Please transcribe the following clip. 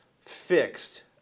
fixed